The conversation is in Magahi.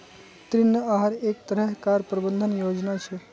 ऋण आहार एक तरह कार प्रबंधन योजना छे